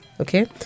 Okay